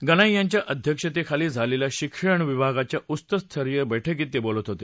गनाई यांच्या अध्यक्षतेखाला झालेल्या शिक्षण विभागाच्या उच्चस्तरक्त बैठकीत ते बोलत होते